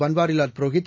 Banwarilal Purohit